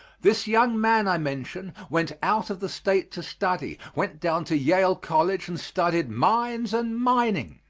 this young man i mention went out of the state to study went down to yale college and studied mines and mining.